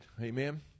Amen